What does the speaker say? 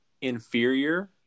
inferior